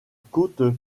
côte